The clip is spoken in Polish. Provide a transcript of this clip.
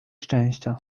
szczęścia